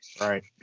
Right